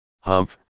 Humph